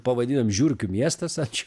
pavadinome žiurkių miestas ačiū